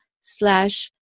slash